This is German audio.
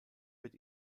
wird